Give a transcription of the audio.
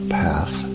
path